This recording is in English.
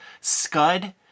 scud